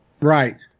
Right